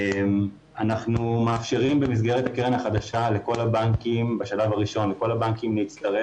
אנחנו מאפשרים במסגרת הקרן החדשה לכל הבנקים בשלב הראשון להצטרף.